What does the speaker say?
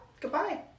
goodbye